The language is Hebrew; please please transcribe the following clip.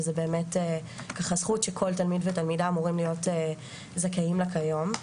וזה באמת ככה זכות שכל תלמיד ותלמידה אמורים להיות זכאים לה כיום.